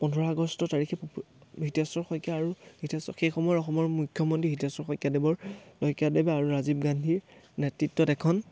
পোন্ধৰ আগষ্ট তাৰিখে হিতেশ্বৰ শইকীয়া আৰু হিতেশ্বৰ সেই সময়ৰ অসমৰ মুখ্যমন্ত্ৰী হিতেশ্বৰ শইকীয়া দেৱৰ শইকীয়াদেৱে আৰু ৰাজীৱ গান্ধীৰ নেতৃত্বত এখন